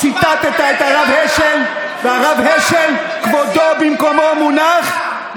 ציטטת את הרב השל, והרב השל, כבודו במקומו מונח.